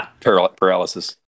Paralysis